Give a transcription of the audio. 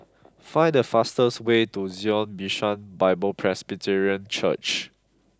find the fastest way to Zion Bishan Bible Presbyterian Church